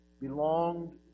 belonged